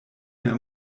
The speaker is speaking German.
mehr